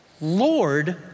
Lord